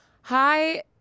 Hi